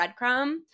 breadcrumb